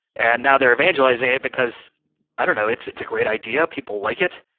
and now they're evangelizing it, because i don't know. it's it's a great idea. people like it.